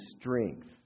strength